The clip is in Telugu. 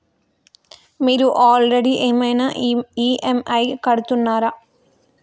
మీరు ఆల్రెడీ ఏమైనా ఈ.ఎమ్.ఐ కడుతున్నారా?